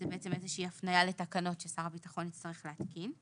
זה הפניה לתקנות ששר הביטחון יצטרך להתקין.